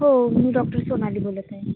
हो मी डॉक्टर सोनाली बोलत आहे